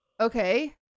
Okay